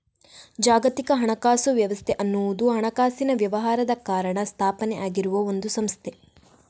ಜಾಗತಿಕ ಹಣಕಾಸು ವ್ಯವಸ್ಥೆ ಅನ್ನುವುದು ಹಣಕಾಸಿನ ವ್ಯವಹಾರದ ಕಾರಣ ಸ್ಥಾಪನೆ ಆಗಿರುವ ಒಂದು ಸಂಸ್ಥೆ